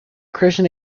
christian